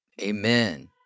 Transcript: Amen